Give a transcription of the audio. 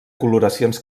coloracions